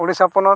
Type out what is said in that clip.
ᱩᱲᱤᱥᱥᱟ ᱯᱚᱱᱚᱛ